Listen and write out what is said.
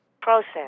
process